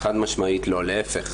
חד-משמעית לא, להפך.